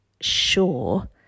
sure